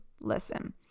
Listen